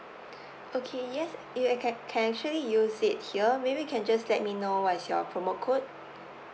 okay yes it will can can actually use it here maybe you can just let me know what is your promo code